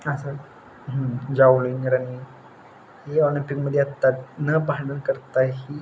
असं javelin running हे ऑलिम्पिकमध्ये येतात न पाहणं करता ही